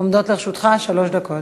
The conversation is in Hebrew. עומדות לרשותך שלוש דקות.